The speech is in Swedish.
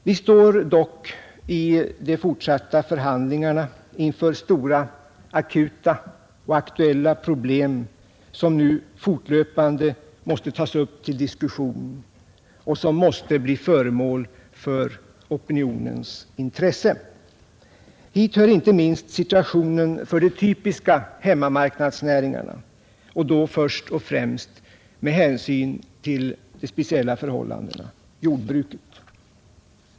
Vi står dock i de fortsatta förhandlingarna inför stora akuta och aktuella problem som nu fortlöpande måste tas upp till diskussion och som måste bli föremål för opinionens intresse, Hit hör inte minst situationen för de typiska hemmamarknadsnäringarna och då först och främst — med hänsyn till de speciella förhållandena — jordbruket.